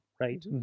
right